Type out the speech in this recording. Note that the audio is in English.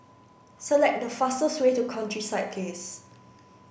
select the fastest way to countryside case